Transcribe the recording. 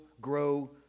grow